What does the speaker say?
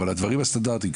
אבל הדברים הסטנדרטיים,